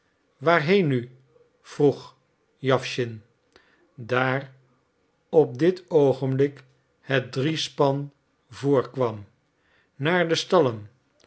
waarheen nu vroeg jawschin daar op dit oogenblik het driespan voor kwam naar de stallen